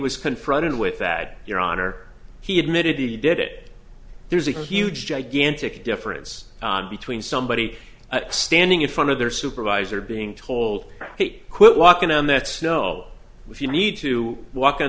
was confronted with that your honor he admitted he did it there's a huge gigantic difference between somebody standing in front of their supervisor being told he quit walking on this no if you need to walk